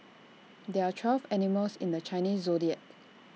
there are twelve animals in the Chinese Zodiac